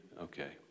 okay